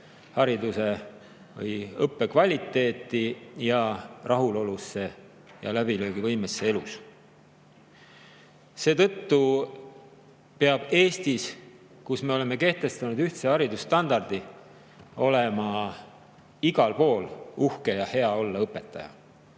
hariduse või õppe kvaliteeti, nende rahulolusse ja läbilöögivõimesse elus. Seetõttu peab Eestis, kus me oleme kehtestanud ühtse haridusstandardi, olema igal pool uhke ja hea olla õpetaja.